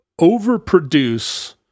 overproduce